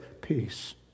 Peace